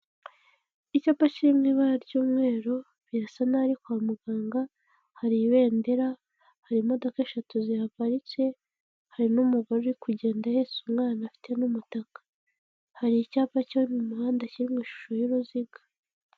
Icyapa kiri mu ibara ry'umweru, birasa n'aho ari kwa muganga, hari ibendera, hari imodoka eshatu zihaparitse, hari n'umugore uri kugenda ahetse umwana afite n'umutaka, hari icyapa cyo mu muhanda kiri mu ishusho y'uruziga.